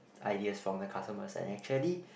ideas from the customers and actually